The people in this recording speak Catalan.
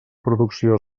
producció